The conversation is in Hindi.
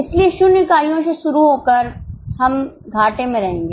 इसलिए शून्य इकाइयों से शुरू होकर हम घाटे में रहेंगे